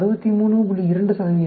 2 சதவீதமாகும்